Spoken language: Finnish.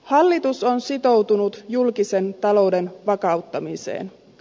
hallitus on sitoutunut julkisen talouden vakauttamiseen